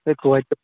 تہٕ تویتہِ